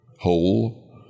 whole